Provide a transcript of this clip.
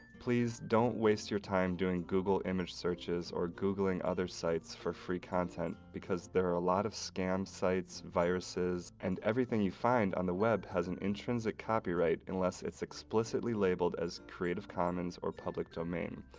please don't waste your time doing google image searches or googling other sites for free content because there are a lot of scam sites, viruses, and everything you find on the web has an intrinsic copyright unless it's explicitly labeled as creative commons or public domain,